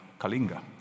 Kalinga